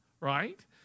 right